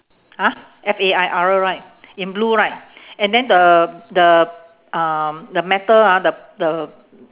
!huh! F A I R right in blue right and then the the um the metal ah the the